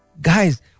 guys